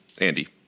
Andy